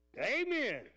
Amen